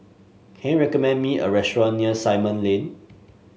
can you recommend me a restaurant near Simon Lane